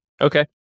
Okay